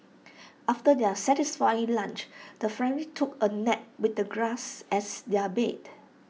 after their satisfying lunch the family took A nap with the grass as their bed